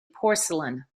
porcelain